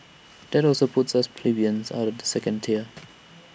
that also puts us plebeians out of the second tier